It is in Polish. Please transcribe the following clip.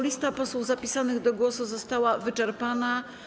Lista posłów zapisanych do głosu została wyczerpana.